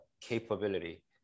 capability